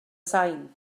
sain